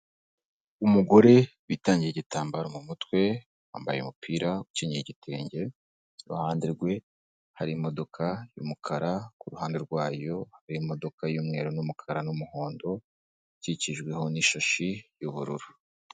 umugore witangiye igitambaro mu mutwe, wambaye umupira ukenyeye igitenge, iruhande rwe hari imodoka y'umukara, ku ruhande rwayo hari imodoka y'umweru n'umukara n'umuhondo, ikikijweho n'ishashi y'ubururu.